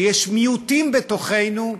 שיש מיעוטים בתוכנו,